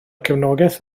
cefnogaeth